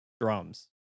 drums